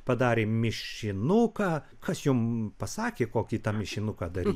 padarė mišinuką kas jums pasakė kokį tą mišinuką daryt